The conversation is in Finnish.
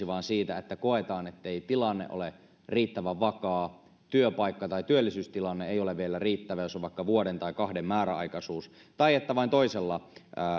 vaan siitä että koetaan ettei tilanne ole riittävän vakaa työpaikka tai työllisyystilanne ei ole vielä riittävä jos on vaikka vuoden tai kahden määräaikaisuus tai vain toisella